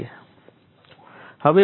સંદર્ભ સમય 0657